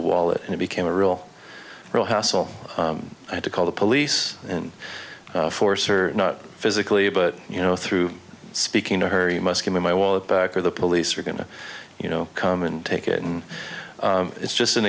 wallet and it became a real real hassle i had to call the police and force are not physically but you know through speaking to her you must give me my wallet back or the police are going to you know come and take it and it's just an